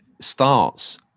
starts